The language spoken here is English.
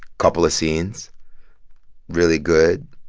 couple of scenes really good,